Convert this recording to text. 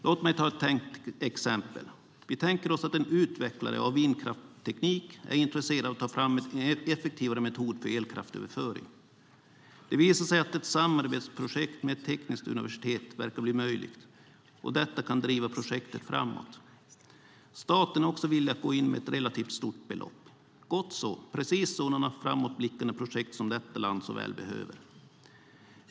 Låt mig ta ett tänkt exempel: Vi tänker oss att en utvecklare av vindkraftsteknik är intresserad av att ta fram en effektivare metod för elkraftsöverföring. Det visar sig att ett samarbetsprojekt med ett tekniskt universitet verkar bli möjligt, och detta kan driva projektet framåt. Staten är också villig att gå in med ett relativt stort belopp. Gott så; det är precis sådana framåtblickande projekt som detta land så väl behöver.